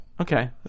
Okay